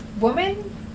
woman